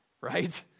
right